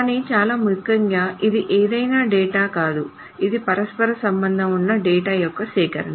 కానీ చాలా ముఖ్యంగా ఇది ఏదైనా డేటా కాదు ఇది పరస్పర సంబంధం ఉన్న డేటా యొక్క సేకరణ